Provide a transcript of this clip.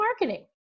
marketing